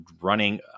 running